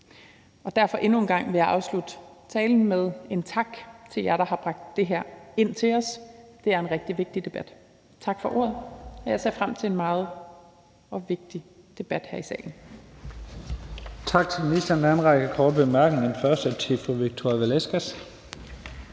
med endnu en gang at sige tak til jer, der har bragt det her ind til os. Det er en rigtig vigtig debat. Tak for ordet. Jeg ser frem til en meget vigtig debat her i salen.